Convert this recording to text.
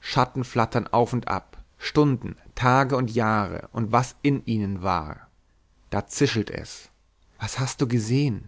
schatten flattern auf und ab stunden tage und jahre und was in ihnen war da zischelt es was hast du gesehn